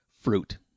Fruit